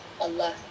Allah